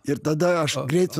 ir tada aš greit su